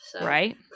Right